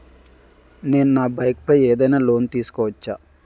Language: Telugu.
నేను నా బైక్ పై ఏదైనా లోన్ తీసుకోవచ్చా?